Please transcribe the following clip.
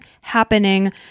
happening